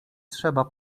trzeba